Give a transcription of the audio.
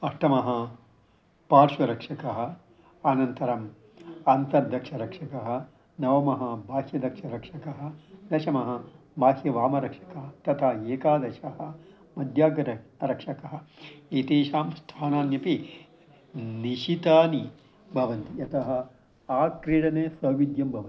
अष्टमः पार्श्वरक्षकः अनन्तरम् अन्तर्दक्षरक्षकः नवमः बाह्यदक्षरक्षकः दशमः बाह्यवामरक्षकः तथा एकादशः मध्यरक्षकः एतेषां स्थानान्यपि निषितानि भवन्ति यतः आक्रीडने सौविध्यं भवति